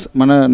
mana